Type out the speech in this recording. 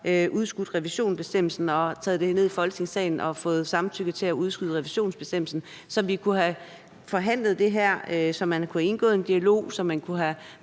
udskudt revisionsbestemmelsen og taget det ned i Folketingssalen og fået samtykke til at udskyde revisionsbestemmelsen, så vi kunne have forhandlet det her og have indgået en dialog, og så man kunne have